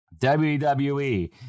wwe